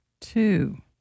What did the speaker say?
Two